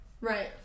Right